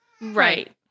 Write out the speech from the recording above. right